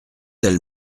elles